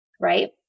right